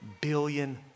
billion